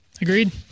Agreed